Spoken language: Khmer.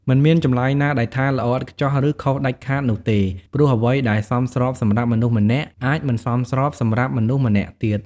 មិនមានចម្លើយណាដែលថាល្អឥតខ្ចោះ ឬខុសដាច់ខាតនោះទេ ព្រោះអ្វីដែលសមស្របសម្រាប់មនុស្សម្នាក់ អាចមិនសមស្របសម្រាប់មនុស្សម្នាក់ទៀត។